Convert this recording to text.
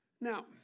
Now